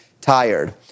tired